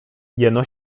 jeno